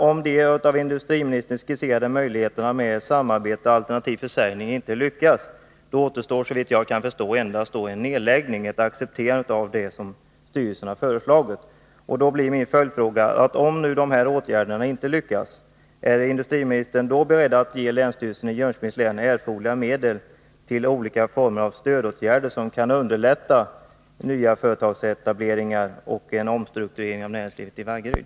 Om de av industriministern skisserade möjlig heterna till samarbete, alternativt försäljning, inte lyckas, återstår såvitt jag Nr 22 kan förstå endast en nedläggning — ett accepterande av det som styrelsen har Tisdagen den föreslagit. 9 november 1982 Då blir min följdfråga: Om de här åtgärderna inte lyckas, är industrimi nistern beredd att ge länsstyrelsen i Jönköpings län erforderliga medel till stödåtgärder i olika former som kan underlätta nya företagsetableringar och en omstrukturering av näringslivet i Vaggeryd?